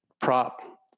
prop